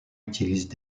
utilisent